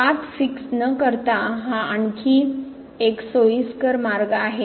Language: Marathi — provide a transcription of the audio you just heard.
तर पाथ फिक्स न करता हा आणखी एक सोयीस्कर मार्ग आहे